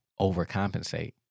overcompensate